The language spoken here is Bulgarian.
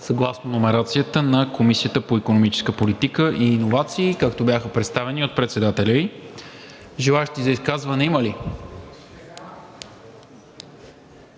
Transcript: съгласно номерацията на Комисията по икономическа политика и иновации, както бяха представени от председателя ѝ. Желаещи за изказване има ли?